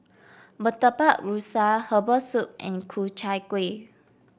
Murtabak Rusa Herbal Soup and Ku Chai Kuih